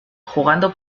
jugando